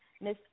Miss